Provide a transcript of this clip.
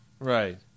Right